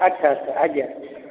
ଆଚ୍ଛା ଆଚ୍ଛା ଆଜ୍ଞା